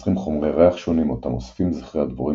מייצרים חומרי ריח שונים אותם אוספים זכרי הדבורים